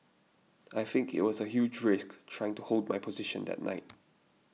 I think it was a huge risk trying to hold my position that night